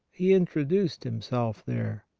he introduced himself there.